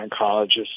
oncologist